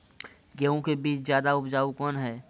गेहूँ के बीज ज्यादा उपजाऊ कौन है?